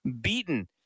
beaten